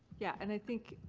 yeah and i think.